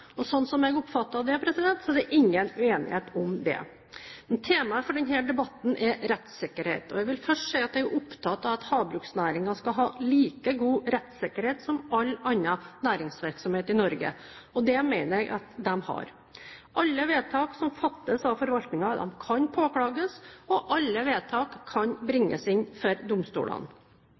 jeg oppfatter det, er det ingen uenighet om dette. Temaet for denne debatten er rettssikkerhet. Jeg vil først si at jeg er opptatt av at havbruksnæringen skal ha like god rettssikkerhet som all annen næringsvirksomhet i Norge – og det mener jeg at de har. Alle vedtak som fattes av forvaltningen, kan påklages, og alle vedtak kan bringes inn for domstolene.